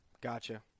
Gotcha